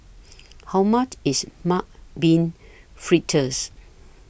How much IS Mung Bean Fritters